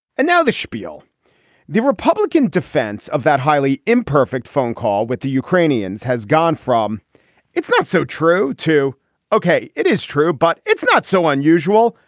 and now the spiel the republican defense of that highly imperfect phone call with the ukrainians has gone from it's not so true to ok. it is true but it's not so unusual.